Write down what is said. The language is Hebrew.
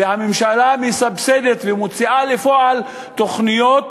והממשלה מסבסדת ומוציאה לפועל תוכניות